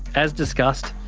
as discussed,